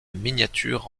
miniature